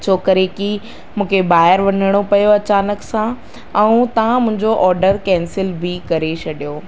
छो करे कि मूंखे ॿाहिरि वञिणो पयो अचानक सां ऐं तव्हां मुंहिंजो ऑडर केंसिल बि करे छॾियो